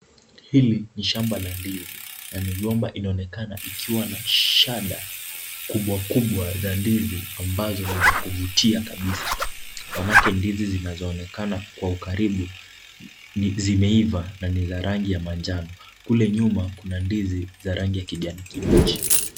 Hili ni shamba la ndizi na migomba inaonekana ikiwa na shada kubwa kubwa za ndizi ,ambazo ni za kuvutia kabisa. Manake ndizi zinazoonekana kwa ukaribu, ni zimeiva na ni za rangi ya manjano. Kule nyuma kuna ndizi za rangi ya kijani kibichi.